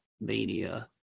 Mania